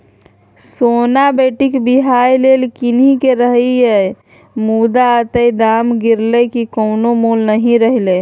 सोना बेटीक बियाह लेल कीनलकै रहय मुदा अतेक दाम गिरलै कि कोनो मोल नहि रहलै